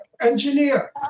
Engineer